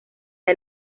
del